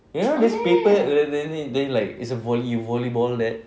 you know this paper then like it's a volley volleyball net